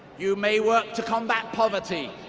you may work to combat poverty.